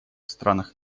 странах